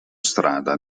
strada